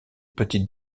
petites